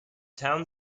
town